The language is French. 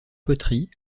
poterie